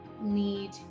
need